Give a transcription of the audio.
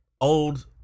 old